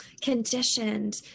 conditioned